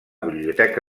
biblioteca